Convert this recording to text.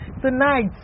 Tonight